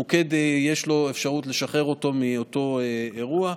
למוקד יש אפשרות לשחרר אותו מאותו אירוע.